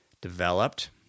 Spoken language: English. developed